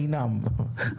חינם.